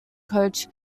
coach